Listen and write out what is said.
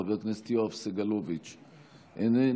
חבר הכנסת יואב סגלוביץ' איננו,